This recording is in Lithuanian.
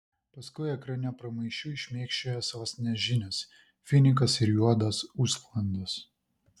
paskui ekrane pramaišiui šmėkščioja sostinės žinios finikas ir juodos užsklandos